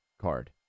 card